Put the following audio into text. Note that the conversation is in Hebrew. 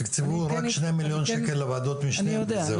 תוקצבו רק שני מיליון שקל לוועדות שקל וזהו.